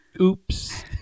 Oops